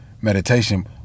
meditation